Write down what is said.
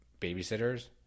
babysitters